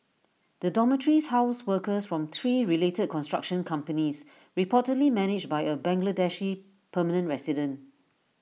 the dormitories housed workers from three related construction companies reportedly managed by A Bangladeshi permanent resident